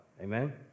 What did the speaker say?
Amen